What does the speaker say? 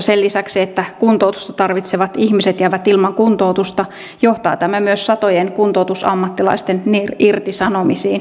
sen lisäksi että kuntoutusta tarvitsevat ihmiset jäävät ilman kuntoutusta johtaa tämä myös satojen kuntoutusammattilaisten irtisanomisiin